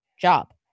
job